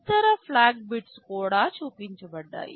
ఇతర flag bits కూడా చూపించబడ్డాయి